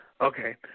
Okay